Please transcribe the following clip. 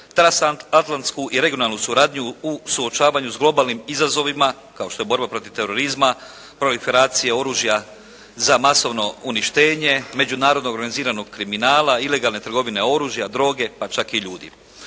transatlansku i regionalnu suradnju u suočavanju s globalnim izazovima kao što je borba protiv teroriizma, proliferacije oružja za masovno uništenje, međunarodno organiziranog kriminala, ilegalne trgovine oružja, droge pa čak i ljudima.